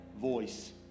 voice